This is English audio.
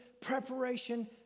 preparation